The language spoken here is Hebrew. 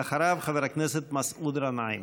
ואחריו, חבר הכנסת מסעוד גנאים.